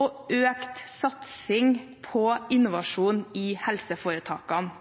har økt satsing på innovasjon i helseforetakene.